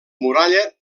muralla